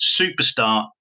superstar